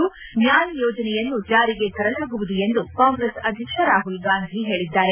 ನ್ಕಾಯ್ ಯೋಜನೆಯನ್ನು ಜಾರಿಗೆ ತರಲಾಗುವುದು ಎಂದು ಕಾಂಗ್ರೆಸ್ ಅಧ್ಯಕ್ಷ ರಾಹುಲ್ ಗಾಂಧಿ ಹೇಳಿದ್ದಾರೆ